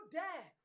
dare